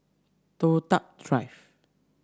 Toh Tuck Drive